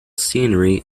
scenery